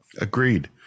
Agreed